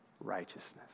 righteousness